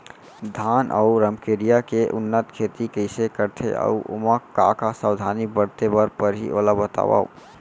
धान अऊ रमकेरिया के उन्नत खेती कइसे करथे अऊ ओमा का का सावधानी बरते बर परहि ओला बतावव?